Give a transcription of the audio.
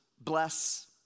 bless